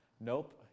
Nope